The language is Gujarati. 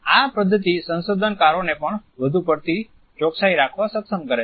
આ પદ્ધતિ સંશોધનકારોને પણ વધુ પડતી ચોકસાઈ રાખવા સક્ષમ કરે છે